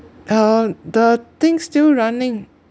uh the thing still running